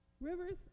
Rivers